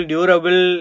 Durable